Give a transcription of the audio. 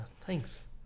thanks